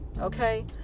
Okay